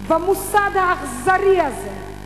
במוסד האכזרי הזה,